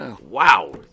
Wow